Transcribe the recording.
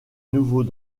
nouveau